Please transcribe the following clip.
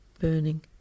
burning